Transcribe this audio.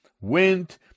went